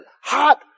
hot